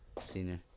Senior